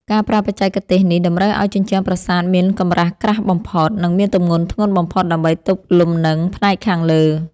ការប្រើបច្ចេកទេសនេះតម្រូវឱ្យជញ្ជាំងប្រាសាទមានកម្រាស់ក្រាស់បំផុត និង មានទម្ងន់ធ្ងន់បំផុតដើម្បីទប់លំនឹងផ្នែកខាងលើ។